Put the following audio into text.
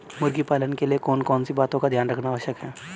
मुर्गी पालन के लिए कौन कौन सी बातों का ध्यान रखना आवश्यक है?